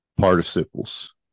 participles